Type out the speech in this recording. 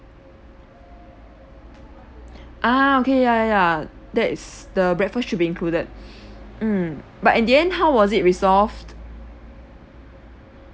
ah okay ya ya ya that's the breakfast should be included mm but in the end how was it resolved